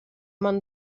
man